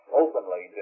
openly